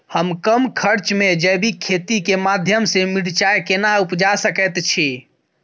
हम कम खर्च में जैविक खेती के माध्यम से मिर्चाय केना उपजा सकेत छी?